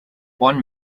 one